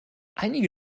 einige